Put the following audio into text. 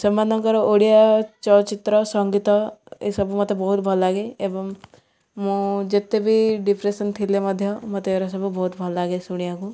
ସେମାନଙ୍କର ଓଡ଼ିଆ ଚଳଚ୍ଚିତ୍ର ସଙ୍ଗୀତ ଏସବୁ ମତେ ବହୁତ ଭଲ ଲାଗେ ଏବଂ ମୁଁ ଯେତେବି ଡିପ୍ରେସନ୍ ଥିଲେ ମଧ୍ୟ ମତେ ଏରା ସବୁ ବହୁତ ଭଲ ଲାଗେ ଶୁଣିବାକୁ